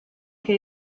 che